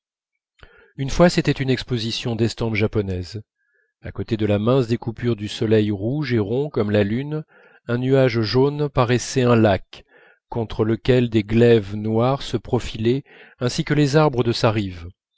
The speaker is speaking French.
une fois c'était une exposition d'estampes japonaises à côté de la mince découpure de soleil rouge et rond comme la lune un nuage jaune paraissait un lac contre lequel des glaives noirs se profilaient ainsi que les arbres de sa rive